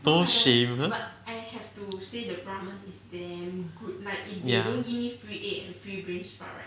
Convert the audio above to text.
no shame ya